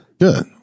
good